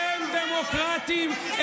אתם דמוקרטים?